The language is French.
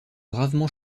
gravement